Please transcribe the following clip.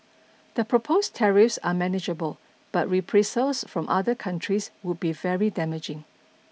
the proposed tariffs are manageable but reprisals from other countries would be very damaging